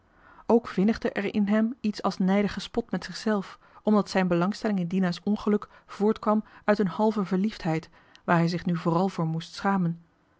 vinnigde er in hem iets als nijdige spot met zichzelf omdat zijn belangstelling in dina's ongeluk voortkwam uit een halve verliefdheid waar hij zich nu vooral voor moest schamen